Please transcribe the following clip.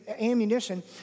ammunition